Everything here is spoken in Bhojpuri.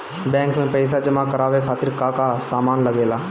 बैंक में पईसा जमा करवाये खातिर का का सामान लगेला?